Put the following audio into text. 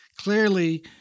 clearly